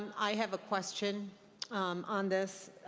i have a question um on this